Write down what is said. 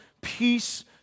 peace